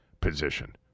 position